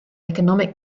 economic